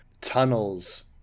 tunnels